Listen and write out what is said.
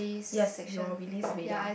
yes your release radar